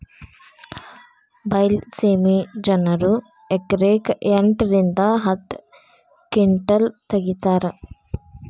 ಬೈಲಸೇಮಿ ಜನರು ಎಕರೆಕ್ ಎಂಟ ರಿಂದ ಹತ್ತ ಕಿಂಟಲ್ ತಗಿತಾರ